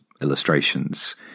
illustrations